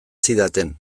zidaten